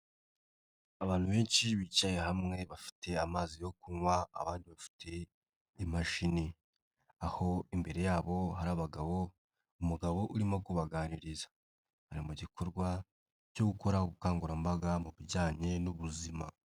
Abantu benshi bicaye hamwe bafite amazi yo kunywa abandi bafite imashini, aho imbere yabo hari abagabo, umugabo urimo kubaganiriza, bari mu gikorwa cyo gukora ubukangurambaga mu bijyanye n'ubuzima.